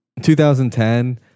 2010